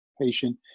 patient